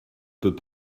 peut